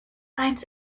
eins